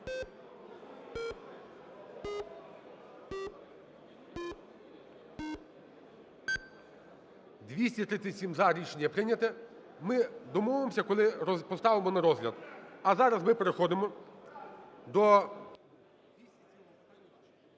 За-237 Рішення прийнято. Ми домовимося, коли поставимо на розгляд. А зараз ми переходимо до...